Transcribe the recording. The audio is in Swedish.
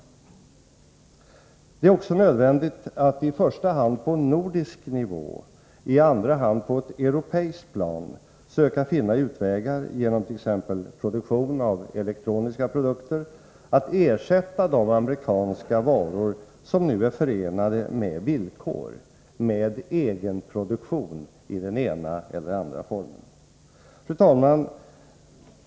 Det är nödvändigt att i första hand på nordisk nivå och i andra hand på ett europeiskt plan söka finna utvägar, genom t.ex. produktion av elektroniska produkter, att ersätta de amerikanska varor som nu är förenade med villkor med egen produktion i den ena eller andra formen. Fru talman!